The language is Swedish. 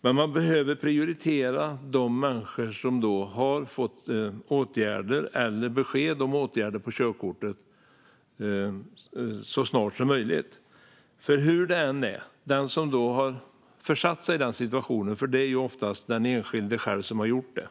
Men man behöver prioritera de människor som har fått besked om åtgärder när det gäller körkortet - så snart som möjligt. Det är väldigt många tankar som far omkring i huvudet hos den som har försatt sig i denna situation - det är oftast den enskilde själv som har gjort det.